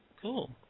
cool